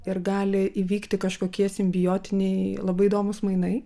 ir gali įvykti kažkokie simbiotiniai labai įdomūs mainai